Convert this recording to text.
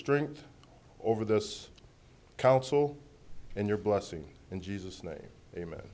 strength over this counsel and your blessing in jesus name amen